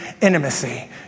intimacy